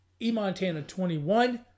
emontana21